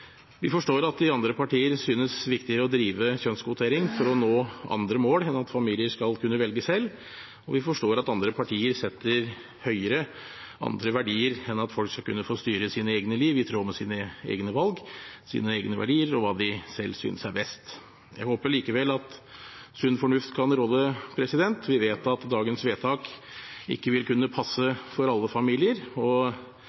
Vi forstår at det i andre partier synes viktigere å drive kjønnskvotering for å nå andre mål enn at familier skal kunne velge selv. Vi forstår at andre partier setter høyere andre verdier enn at folk skal få kunne få styre sitt eget liv i tråd med sine egne valg, sine egne verdier og hva de selv synes er best. Jeg håper likevel at sunn fornuft kan råde. Vi vet at dagens vedtak ikke vil kunne passe